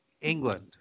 England